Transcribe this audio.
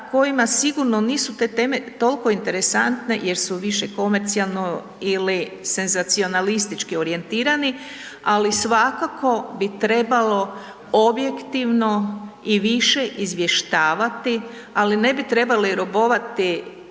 kojima sigurno nisu te teme tolko interesantne jer su više komercionalno ili senzacionalistički orijentirani, ali svakako bi trebalo objektivno i više izvještavati, ali ne bi trebali robovati